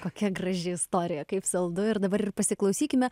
kokia graži istorija kaip saldu ir dabar ir pasiklausykime